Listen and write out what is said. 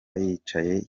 yicaye